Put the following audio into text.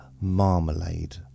marmalade